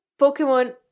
Pokemon